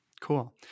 Cool